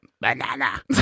Banana